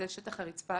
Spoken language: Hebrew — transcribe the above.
זה שטח הרצפה